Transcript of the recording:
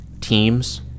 teams